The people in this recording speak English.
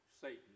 Satan